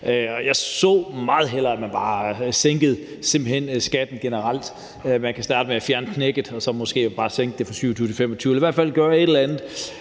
Jeg så meget hellere, at man simpelt hen bare sænkede skatten generelt. Man kan starte med at fjerne knækket og så måske bare sænke den fra 27 til 25 pct. eller i hvert fald gøre et eller andet,